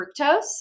fructose